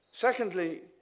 Secondly